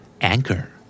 anchor